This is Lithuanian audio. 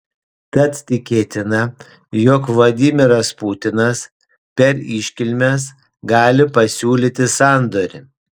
tad tikėtina jog vladimiras putinas per iškilmes gali pasiūlyti sandorį